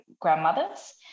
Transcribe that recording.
grandmothers